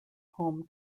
home